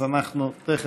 אז אנחנו תכף,